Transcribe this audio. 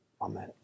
Amen